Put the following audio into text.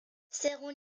según